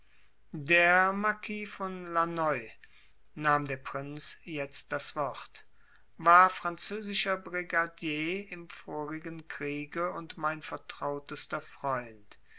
der marquis von lanoy nahm der prinz jetzt das wort war französischer brigadier im vorigen kriege und mein vertrautester freund